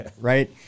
right